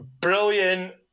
brilliant